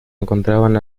encontraban